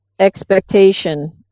Expectation